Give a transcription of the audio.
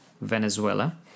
Venezuela